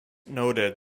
noted